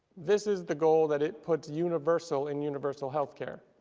this is the goal that it puts universal in universal health care.